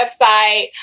website